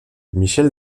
michel